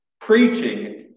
preaching